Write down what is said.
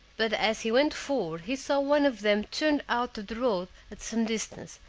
but as he went forward he saw one of them turned out of the road at some distance,